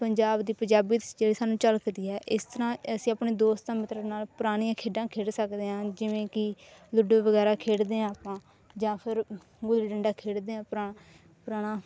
ਪੰਜਾਬ ਦੀ ਪੰਜਾਬੀਅਤ ਜਿਹੜੀ ਸਾਨੂੰ ਝਲਕਦੀ ਹੈ ਇਸ ਤਰ੍ਹਾਂ ਅਸੀਂ ਆਪਣੇ ਦੋਸਤਾਂ ਮਿੱਤਰਾਂ ਨਾਲ ਪੁਰਾਣੀਆਂ ਖੇਡਾਂ ਖੇਡ ਸਕਦੇ ਹਾਂ ਜਿਵੇਂ ਕਿ ਲੂਡੋ ਵਗੈਰਾ ਖੇਡਦੇ ਹਾਂ ਆਪਾਂ ਜਾਂ ਫਿਰ ਗੁੱਲੀ ਡੰਡਾ ਖੇਡਦੇ ਹਾਂ ਆਪਾਂ ਪੁਰਾਣਾ